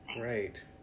Great